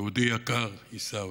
יהודי יקר, עיסאווי,